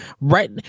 Right